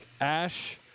Ash